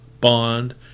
bond